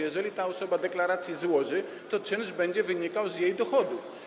Jeżeli ta osoba deklarację złoży, to czynsz będzie wynikał z jej dochodów.